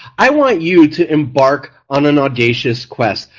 i want you to embark on an audacious quest,